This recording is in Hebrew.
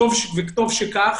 וטוב שכך,